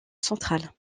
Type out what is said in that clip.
centrale